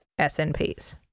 SNPs